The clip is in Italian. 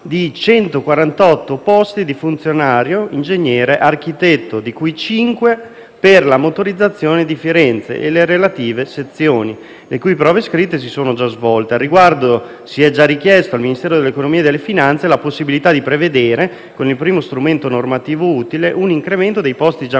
a 148 posti di funzionario ingegnere architetto - di cui cinque per la Motorizzazione di Firenze e le relative sezioni - le cui prove scritte si sono già svolte; al riguardo, si è già richiesto al Ministero dell'economia e delle finanze la possibilità di prevedere, con il primo strumento normativo utile, un incremento dei posti già